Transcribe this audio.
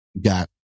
got